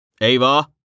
Ava